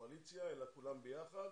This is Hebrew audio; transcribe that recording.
קואליציה-אופוזיציה אלא כולם ביחד.